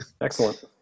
Excellent